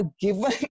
given